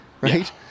right